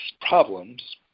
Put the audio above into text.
problems